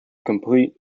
complete